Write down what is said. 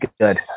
Good